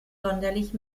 sonderlich